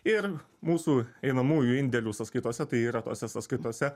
ir mūsų einamųjų indėlių sąskaitose tai yra tose sąskaitose